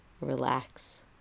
relax